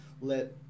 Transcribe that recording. Let